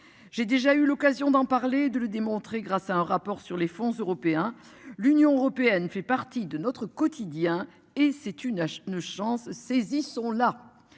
J'ai déjà eu l'occasion d'en parler, de le démontrer, grâce à un rapport sur les fonds européens, l'Union européenne fait partie de notre quotidien et c'est une ah ne chance. Sont là.